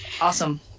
awesome